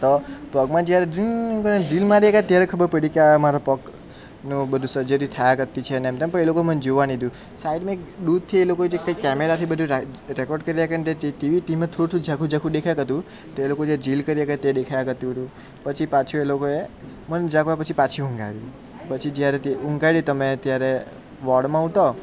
તો પગમાં જ્યારે ઉમમમ કરીને ડ્રીલ મારી ત્યારે ખબર પડી કે આ મારો પગ નો બધું સર્જરી થયા કરતી છે ને એમ તેમ મને જોવા નહીં સાઇડમાં એક દૂરથી એ લોકોએ જે કઈ કેમેરાથી બધુ રેકોર્ડ કર્યા કરતા તે ઝાંખું ઝાંખું દેખાયા કરતુ હતું તે એ લોકો જે ડ્રીલ કરી તે દેખાયા કરતું હતું પછી પાછું એ લોકોએ મને જાગવા પછી પાછી ઊંઘ આયવી પછી જ્યારે તે ઊંઘાડયો તો મે ત્યારે વોર્ડમાં હતો